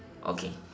okay